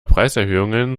preiserhöhungen